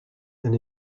and